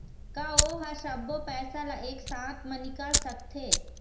का ओ हर सब्बो पैसा ला एक साथ म निकल सकथे?